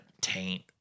taint